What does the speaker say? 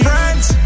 Friends